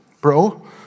bro